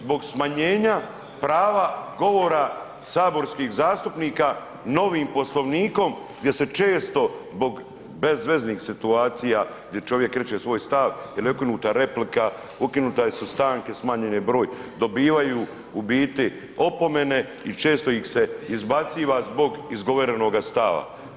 Zbog smanjenja prava govora saborskih zastupnika novim Poslovnikom gdje se često zbog bezveznih situacija gdje čovjek reče svoj stav ili ukinuta replika, ukinuta sa stanke, smanjen je broj, dobivaju u biti opomene i često ih se izbaciva zbog izgovorenoga stava.